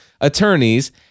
attorneys